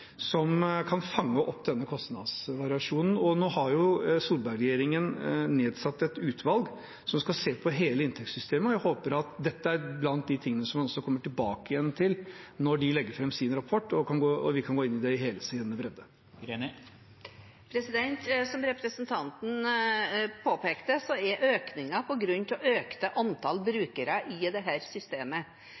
som kan fange opp kostnadsvariasjonen. Nå har Solberg-regjeringen nedsatt et utvalg som skal se på hele inntektssystemet, og jeg håper dette er blant de tingene en kommer tilbake til når de legger fram sin rapport, og vi kan gå inn i det i hele sin bredde. Som representanten påpekte, skjer økningen på grunn av et økt antall brukere i dette systemet. Det